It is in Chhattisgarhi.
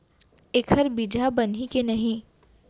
एखर बीजहा बनही के नहीं?